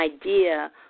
idea